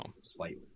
slightly